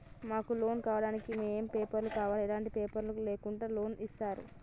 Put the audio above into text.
మాకు లోన్ కావడానికి ఏమేం పేపర్లు కావాలి ఎలాంటి పేపర్లు లేకుండా లోన్ ఇస్తరా?